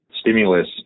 stimulus